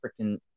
freaking